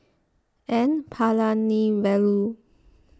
N Palanivelu